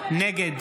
נגד